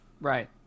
Right